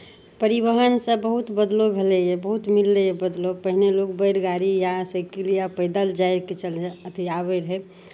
परिवहनसँ बहुत बदलाव भेलैए बहुत मिललैए बदलाव पहिने लोक बैल गाड़ी या साइकिल या पैदल जायके चलय अथी आबैत रहय